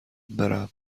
برم